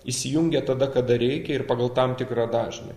įsijungia tada kada reikia ir pagal tam tikrą dažnį